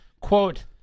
quote